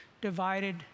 divided